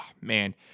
man